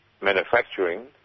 manufacturing